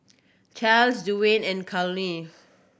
Clarnce Duwayne and Carlene